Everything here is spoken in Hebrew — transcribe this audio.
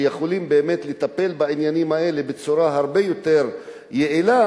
שיכולים באמת לטפל בעניינים האלה בצורה הרבה יותר יעילה,